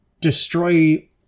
destroy